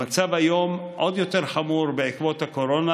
המצב היום חמור עוד יותר בעקבות הקורונה.